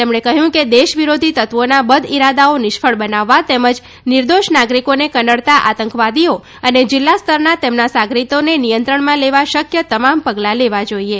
તેમણે કહ્યું કે દેશ વિરોધ તત્વોના બદઇરાદાઓ નિષ્ફળ બનાવવા તેમજ નિર્દોષ નાગરિકોને કનડતા આતંકવાદીઓ અને જિલ્લા સ્તરના તેમના સાગરિતોને નિયંત્રણમાં લેવા શક્ય તમામ પગલાં લેવા જોઈએ